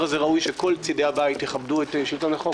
הזה ראוי שכל צדי הבית יכבדו את שלטון החוק,